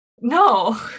No